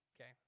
okay